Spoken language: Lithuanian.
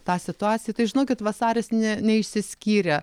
tą situaciją tai žinokit vasaris ne neišsiskyrė